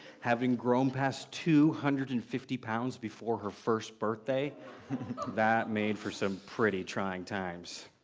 having grown past two hundred and fifty pounds before her first birthday that made for some pretty trying times.